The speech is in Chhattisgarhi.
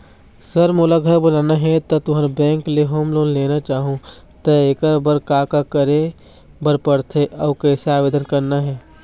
सर मोला घर बनाना हे ता तुंहर बैंक ले होम लोन लेना चाहूँ ता एकर बर का का करे बर पड़थे अउ कइसे आवेदन करना हे?